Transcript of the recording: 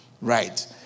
right